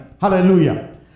Hallelujah